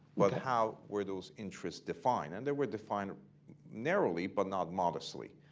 but how were those interests defined. and they were defined narrowly, but not modestly.